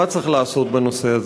מה צריך לעשות בנושא הזה,